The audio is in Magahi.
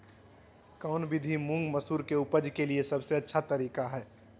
कौन विधि मुंग, मसूर के उपज के लिए सबसे अच्छा तरीका है?